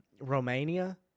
Romania